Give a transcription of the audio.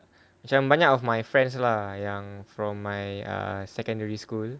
macam banyak of my friends lah yang from my err secondary school